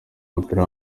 w’umupira